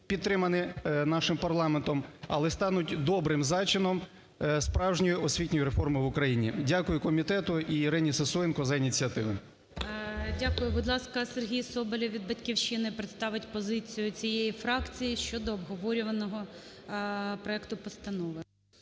підтримані нашим парламентом, але й стануть добрим зачином справжньої освітньої реформи в Україні. Дякую комітету і Ірині Сисоєнко за ініціативи. ГОЛОВУЮЧИЙ. Дякую. Будь ласка, Сергій Соболєв від "Батьківщини" представить позицію цієї фракції щодо обговорюваного проекту постанови.